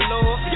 Lord